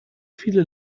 viele